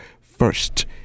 first